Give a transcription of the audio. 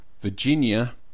Virginia